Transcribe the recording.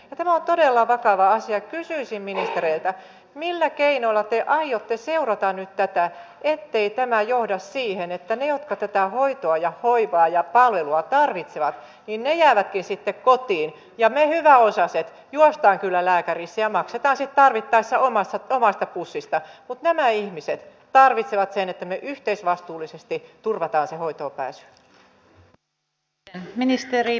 tämä on todella vakava asia kysyisin ministeriltä millä keinoilla te aiotte seurata nyt tietää ettei tämä johda siihen että ne otetaan hoitoa ja hoivaa ja palvelua tarvitseva viineillä näkisitte kotiin ja me hyväosaiset ilosta kyllä lääkärit ja maksettaisiin tarvittaessa omasta teemasta kuusista nämä ihmiset tarvitsevat sen että ne valiokunta kohdisti lisärahoitusta muutamiin tärkeisiin tarkoituksiin